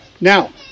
Now